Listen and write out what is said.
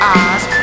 eyes